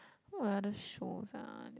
what other shows ah